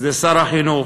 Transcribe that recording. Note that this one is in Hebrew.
זה שר החינוך.